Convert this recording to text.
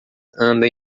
anda